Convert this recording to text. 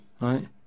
Right